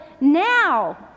now